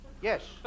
Yes